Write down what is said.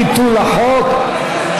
ביטול החוק),